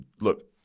Look